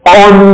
on